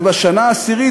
ובשנה העשירית,